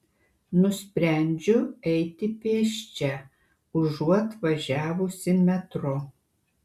nusprendžiu eiti pėsčia užuot važiavusi metro